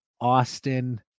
Austin